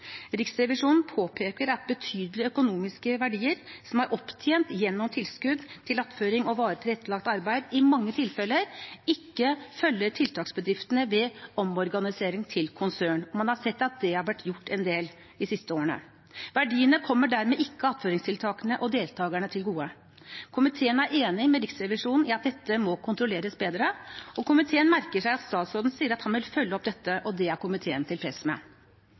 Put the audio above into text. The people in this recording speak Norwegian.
Riksrevisjonen påpeker at betydelige økonomiske verdier som er opptjent gjennom tilskudd til attføring og varig tilrettelagt arbeid, i mange tilfeller ikke følger tiltaksbedriftene ved omorganisering til konsern, og man har sett at det har vært gjort en del de siste årene. Verdiene kommer dermed ikke attføringstiltakene og deltakerne til gode. Komiteen er enig med Riksrevisjonen i at dette må kontrolleres bedre. Komiteen merker seg at statsråden sier at han vil følge opp dette, og det er komiteen tilfreds med.